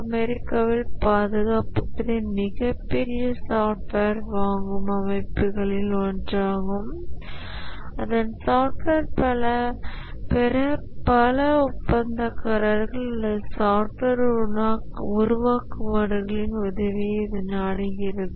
அமெரிக்காவில் பாதுகாப்புத் துறை மிகப்பெரிய சாஃப்ட்வேர் வாங்கும் அமைப்புகளில் ஒன்றாகும் அதன் சாஃப்ட்வேர் பெற பல ஒப்பந்தக்காரர்கள் அல்லது சாஃப்ட்வேர் உருவாக்குநர்களின் உதவியை இது நாடுகிறது